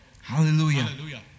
Hallelujah